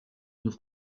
d’une